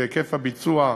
והיקף הביצוע,